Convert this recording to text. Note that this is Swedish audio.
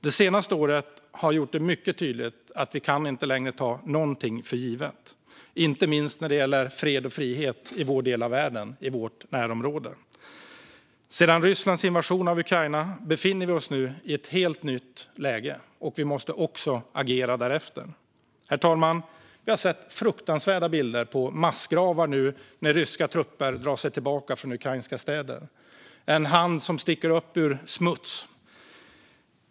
Det senaste året har gjort det mycket tydligt att vi inte längre kan ta någonting för givet, inte minst när det gäller fred och frihet i vår del av världen och i vårt närområde. Sedan Rysslands invasion av Ukraina befinner vi oss i ett helt nytt läge och måste agera därefter. Herr talman! Vi har sett fruktansvärda bilder på massgravar efter att ryska trupper dragit sig tillbaka från ukrainska städer. Vi får se en hand som sticker upp ur smuts.